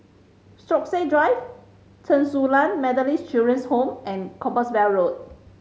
Stokesay Drive Chen Su Lan Methodist Children's Home and Compassvale Road